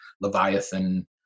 Leviathan